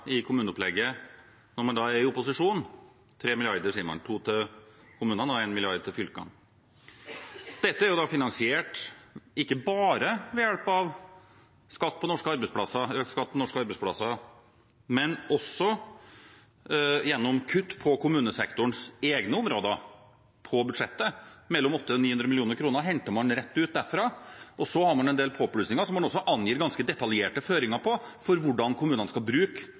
i kommuneopplegget når man er i opposisjon – 3 mrd. kr, sier man, 2 mrd. kr til kommunene og 1 mrd. kr til fylkene. Dette er finansiert ikke bare ved hjelp av økt skatt på norske arbeidsplasser, men også gjennom kutt på kommunesektorens egne områder på budsjettet – mellom 800 mill. kr og 900 mill. kr henter man rett ut derfra. Og så har man en del påplussinger som man også angir ganske detaljerte føringer for med hensyn til hvordan kommunene skal bruke